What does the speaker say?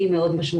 היא מאוד משמעותית.